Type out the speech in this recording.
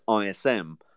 ISM